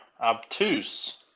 obtuse